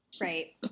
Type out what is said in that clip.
right